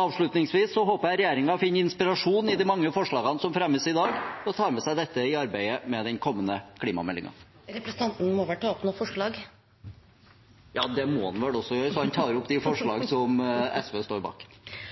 Avslutningsvis håper jeg at regjeringen finner inspirasjon i de mange forslagene som fremmes i dag, og tar med seg disse i arbeidet med den kommende klimameldingen. Jeg tar opp de forslagene som SV står bak. Representanten Lars Haltbrekken har tatt opp de